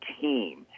team